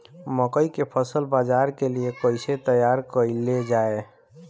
मकई के फसल बाजार के लिए कइसे तैयार कईले जाए?